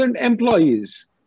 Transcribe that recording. employees